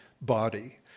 body